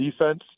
defense